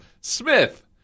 Smith